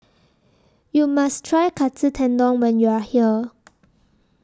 YOU must Try Katsu Tendon when YOU Are here